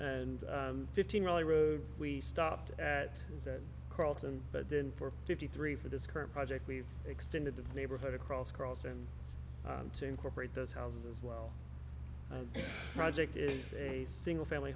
and fifteen really we stopped at is that carlton but then for fifty three for this current project we've extended the neighborhood across cross and to incorporate those houses as well the project is a single family